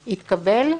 התקבל?